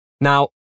Now